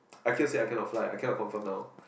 I can't say I cannot fly I cannot confirm now